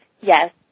Yes